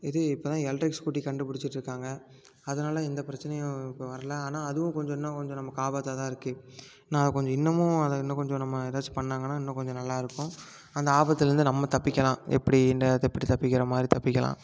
இது இப்போ தான் எலெக்ட்ரிக் ஸ்கூட்டி கண்டுபிடிச்சிட்டு இருக்காங்க அதனால எந்த பிரச்சனையும் இப்போ வரல ஆனால் அதுவும் கொஞ்சம் இன்னும் கொஞ்சம் நமக்கு ஆபத்தாக தான் இருக்குது நான் அதை கொஞ்சம் இன்னமும் அதை இன்னும் கொஞ்சம் நம்ம எதாச்சும் பண்ணாங்கன்னால் இன்னும் கொஞ்சம் நல்லா இருக்குது அந்த ஆபத்தில் இருந்து நம்ம தப்பிக்கலாம் எப்படினு அது எப்படி தப்பிக்கின்ற மாதிரி தப்பிக்கலாம்